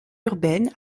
urbaines